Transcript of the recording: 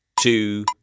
two